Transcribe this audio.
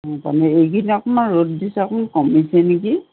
অঁ পানী এইকেইদিন অকণমান ৰ'দ দিছে অকণমান কমিছে নেকি